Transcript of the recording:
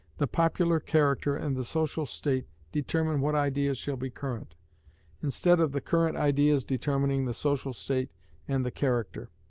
the popular character and the social state determine what ideas shall be current instead of the current ideas determining the social state and the character.